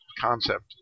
concept